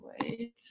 wait